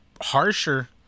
harsher